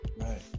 right